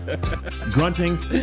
grunting